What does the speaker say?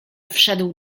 wszedł